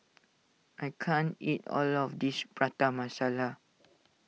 I can't eat all of this Prata Masala